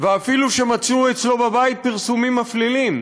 ואפילו שמצאו אצלו בבית פרסומים מפלילים.